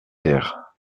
ter